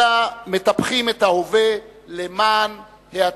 אלא מטפח את ההווה למען העתיד,